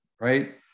Right